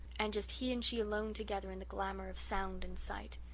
and just he and she alone together in the glamour of sound and sight!